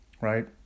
right